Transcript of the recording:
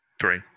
Three